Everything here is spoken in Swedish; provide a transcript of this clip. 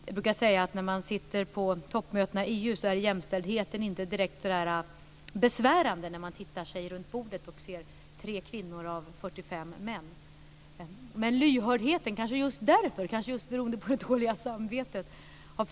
Jag brukar säga att när man sitter på toppmötena i EU är inte jämställdheten direkt besvärande, när man vid bordet ser 3 kvinnor och 45 män. Men lyhördheten har funnits där - kanske just beroende på det dåliga samvetet.